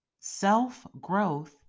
Self-growth